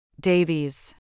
Davies